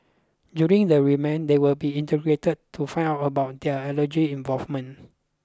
during the remand they will be interrogated to find out about their alleged involvement